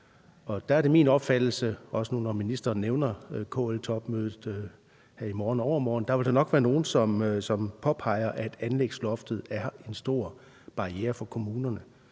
Der er det min opfattelse, også når ministeren nu nævner KL-topmødet her i morgen og i overmorgen, at der nok vil være nogen, som påpeger, at anlægsloftet er en stor barriere for kommunerne,